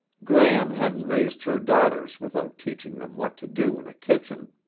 gram hadn't raised her daughters without teaching them what to do in a kitchen.